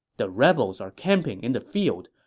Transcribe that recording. the rebels are camping in the field.